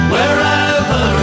Wherever